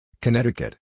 Connecticut